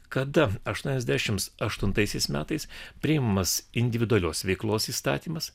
kada aštuoniasdešimt aštuntaisiais metais priimamas individualios veiklos įstatymas